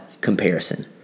comparison